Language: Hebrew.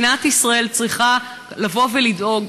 מדינת ישראל צריכה לבוא ולדאוג.